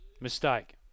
mistake